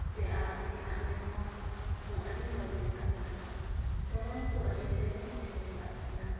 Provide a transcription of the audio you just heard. ᱥᱮ ᱩᱱᱠᱤᱱᱟᱜ ᱵᱮᱣᱦᱟᱨ ᱦᱚᱸ ᱟᱹᱰᱤ ᱢᱚᱡᱽ ᱜᱮᱛᱟ ᱠᱤᱱᱟ ᱪᱚᱞᱚᱱ ᱠᱚ ᱟᱹᱰᱤ ᱠᱟᱡᱟᱠ ᱤᱧ ᱠᱩᱥᱤᱭᱟᱠᱟᱜ ᱛᱟᱹᱠᱤᱱᱟ